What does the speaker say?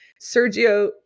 Sergio